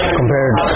compared